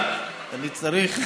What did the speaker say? אבל אני צריך,